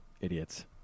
idiots